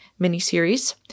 miniseries